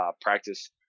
practice